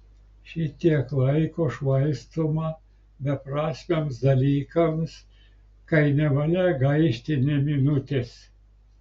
šitiek laiko švaistoma beprasmiams dalykams kai nevalia gaišti nė minutės